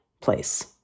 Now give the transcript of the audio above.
place